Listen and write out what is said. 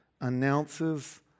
announces